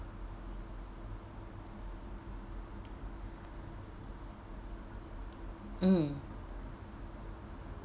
mm